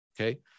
Okay